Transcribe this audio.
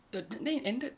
t~ then it ended